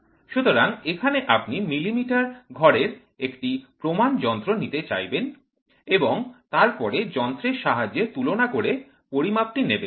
সুতরাং এখানে আপনি মিলিমিটার ঘরের একটি প্রমাণ যন্ত্র নিতে চাইবেন এবং তারপর যন্ত্রের সাহায্যে তুলনা করে পরিমাপটি নেবেন